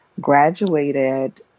graduated